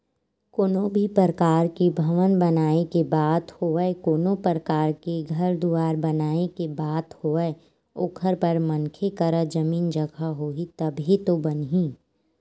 कोनो भी परकार के भवन बनाए के बात होवय कोनो परकार के घर दुवार बनाए के बात होवय ओखर बर मनखे करा जमीन जघा होही तभे तो बनही